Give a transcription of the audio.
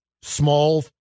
small